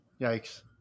Yikes